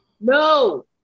no